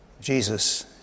Jesus